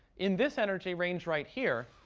in this energy range right here,